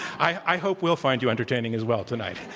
i hope we'll find you entertaining as well tonight.